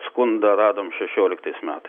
skundą radome šešioliktais metais